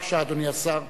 בבקשה, אדוני השר.